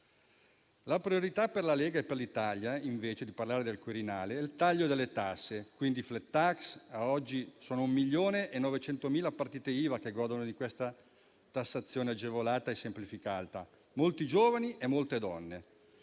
La priorità per la Lega e per l'Italia, invece di parlare del Quirinale, è il taglio delle tasse, quindi penso alla *flat tax.* A oggi sono 1,9 milioni le partite IVA che godono di questa tassazione agevolata e semplificata, molti giovani e molte donne;